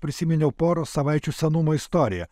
prisiminiau porą savaičių senumo istoriją